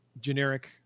generic